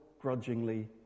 grudgingly